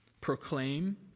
Proclaim